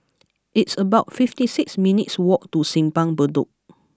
it's about fifty six minutes' walk to Simpang Bedok